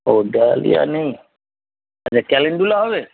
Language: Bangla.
ও ডালিয়া নেই আচ্ছা ক্যালেনডুলা হবে